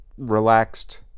relaxed